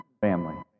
family